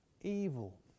Evil